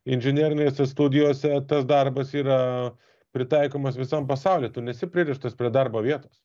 inžinerinėse studijose tas darbas yra pritaikomas visam pasauly tu nesi pririštas prie darbo vietos